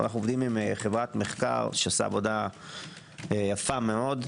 אנו עובדים עם חברת מחקר שעושה עבודה יפה מאוד.